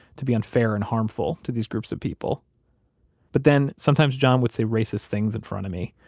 to be unfair and harmful to these groups of people but then sometimes john would say racist things in front of me.